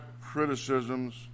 criticisms